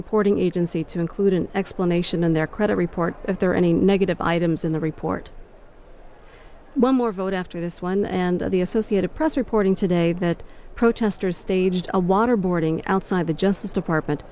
reporting agency to include an explanation in their credit report is there any negative items in the report one more vote after this one and the associated press reporting today that protesters staged a waterboarding outside the justice department